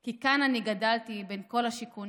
// כי כאן אני גדלתי בין כל השיכונים